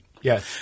Yes